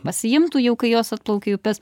pasiimtų jau kai jos atplaukia į upes